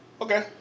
Okay